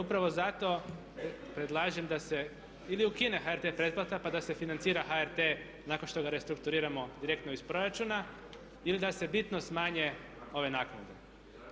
Upravo zato predlažem da se ili ukine HRT pretplata pa da se financira HRT nakon što ga restrukturiramo direktno iz proračuna ili da se bitno smanje ove naknade.